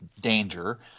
danger